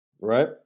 right